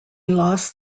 lost